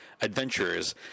adventurers